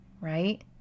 right